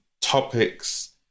topics